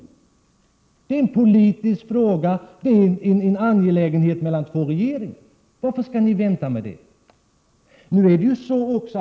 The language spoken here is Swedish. Detta är en politisk fråga, en angelägenhet mellan två regeringar. Varför vänta med att ta reda på sanningen?